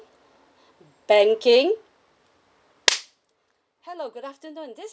banking hello good afternoon this